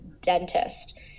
dentist